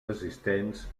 assistents